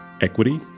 Equity